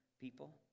people